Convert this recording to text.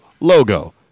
logo